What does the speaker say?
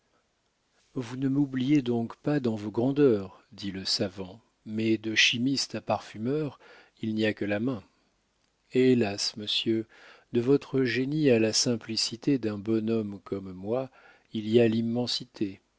vous ne m'oubliez donc pas dans vos grandeurs dit le savant mais de chimiste à parfumeur il n'y a que la main hélas monsieur de votre génie à la simplicité d'un bon homme comme moi il y a l'immensité